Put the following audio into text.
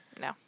No